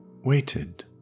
waited